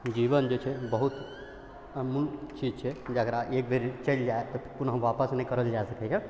जीवन जे छै बहुत अमूल्य चीज छै जकरा एक बेर चलि जाइ तऽ पुनः वापस नहि करल जा सकैए